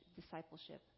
discipleship